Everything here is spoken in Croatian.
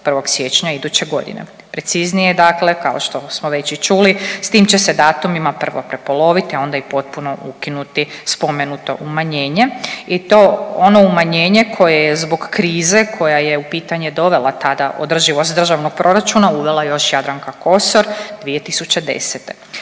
1. siječnja iduće godine. Preciznije dakle kao što smo već i čuli s tim će se datumima prepoloviti, a onda i potpuno ukinuti spomenuto umanjenje i to ono umanjenje koje je zbog krize koja je u pitanje dovela tada održivost državnog proračuna uvela još Jadranka Kosor 2010.